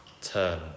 turn